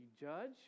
judge